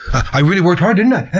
i really worked hard didn't i?